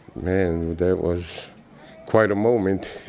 man, that was quite a moment